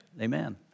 Amen